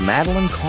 Madeline